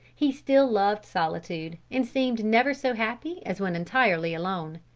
he still loved solitude, and seemed never so happy as when entirely alone.